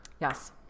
Yes